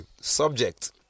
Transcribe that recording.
Subject